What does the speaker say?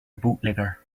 bootlegger